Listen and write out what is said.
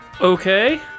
okay